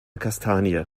kastanie